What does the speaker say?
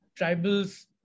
tribals